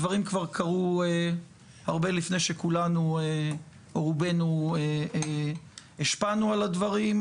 הדברים כבר קרו הרבה לפני שרובנו השפענו על הדברים,